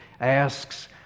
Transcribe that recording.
asks